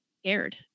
scared